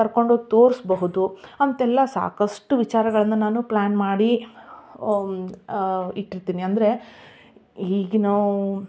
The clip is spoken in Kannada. ಕರ್ಕೊಂಡು ಹೋಗಿ ತೋರಿಸ್ಬಹುದು ಅಂತೆಲ್ಲ ಸಾಕಷ್ಟು ವಿಚಾರಗಳನ್ನು ನಾನು ಪ್ಲಾನ್ ಮಾಡಿ ಇಟ್ಟಿರ್ತೀನಿ ಅಂದರೆ ಈಗ ನಾವು